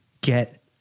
get